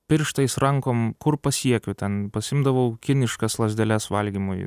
pirštais rankom kur pasiekiau ten pasiimdavau kiniškas lazdeles valgymui